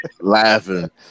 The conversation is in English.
laughing